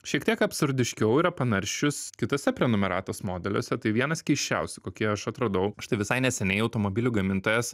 šiek tiek absurdiškiau yra panaršius kituose prenumeratos modeliuose tai vienas keisčiausių kokį aš atradau štai visai neseniai automobilių gamintojas